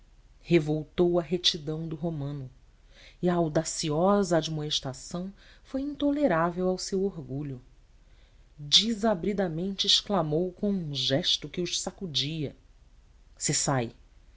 revoltou a retidão do romano e a audaciosa admoestação foi intolerável ao seu orgulho desabridamente exclamou com um gesto que os sacudia cessai